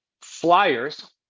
Flyers